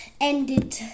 ended